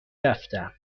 رفتم